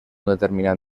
determinat